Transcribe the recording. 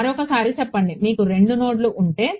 మరొక సారి చెప్పండి మీకు 2 నోడ్లు ఉంటే